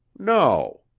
no.